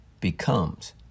becomes